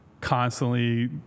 constantly